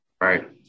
Right